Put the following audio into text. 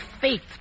faith